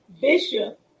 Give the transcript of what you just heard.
Bishop